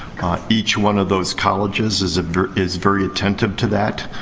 each one of those colleges is is very attentive to that.